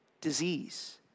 disease